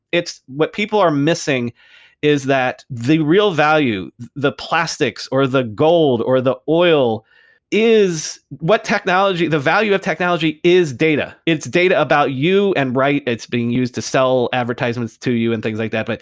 it's what people are missing is that the real value, the plastics, or the gold, or the oil is what technology the value of technology is data. it's data about you and right, it's being used to sell advertisements to you and things like that. but